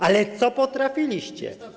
Ale co potrafiliście?